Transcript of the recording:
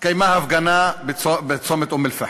התקיימה הפגנה בצומת אום-אלפחם.